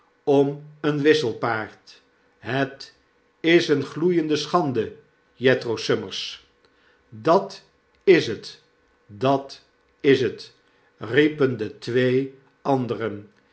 om een wisselpaard het is gloeiende schande jethro summers dat is het dat is het i riepen de twee anderen